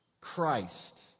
Christ